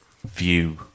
view